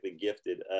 gifted